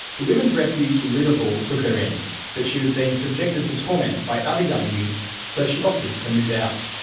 the women's refuge in liverpool took her in but she was being subjected to torment by other young youths, so she opted to move out.